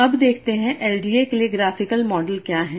अब देखते हैं एलडीए के लिए ग्राफिकल मॉडल क्या है